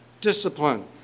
Discipline